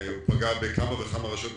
הוא פגע בכמה וכמה רשויות מקומיות.